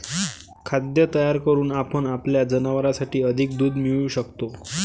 खाद्य तयार करून आपण आपल्या जनावरांसाठी अधिक दूध मिळवू शकतो